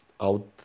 out